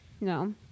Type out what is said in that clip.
No